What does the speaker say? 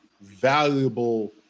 valuable